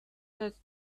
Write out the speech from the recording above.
that